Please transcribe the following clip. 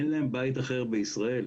אין להם בית אחר בישראל.